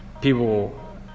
People